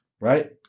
Right